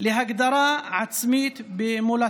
להגדרה עצמית במולדתו.